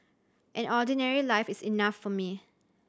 an ordinary life is enough for me